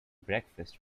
breakfast